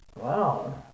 wow